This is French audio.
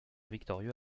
victorieux